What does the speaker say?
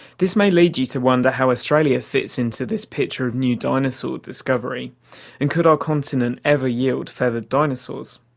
this may lead you to wonder how australia fits into this picture of new dinosaur discovery and could our continent ever yield feathered dinosaurs?